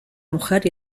mujer